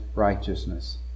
righteousness